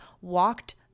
walked